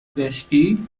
داشتی